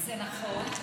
זה נכון.